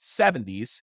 70s